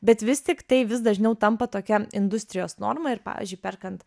bet vis tiktai vis dažniau tampa tokia industrijos norma ir pavyzdžiui perkant